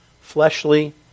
fleshly